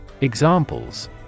Examples